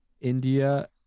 india